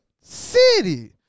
city